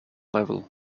level